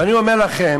ואני אומר לכם,